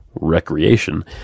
Recreation